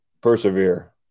persevere